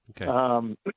Okay